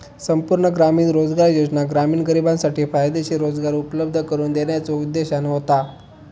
संपूर्ण ग्रामीण रोजगार योजना ग्रामीण गरिबांसाठी फायदेशीर रोजगार उपलब्ध करून देण्याच्यो उद्देशाने होता